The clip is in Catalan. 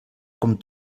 com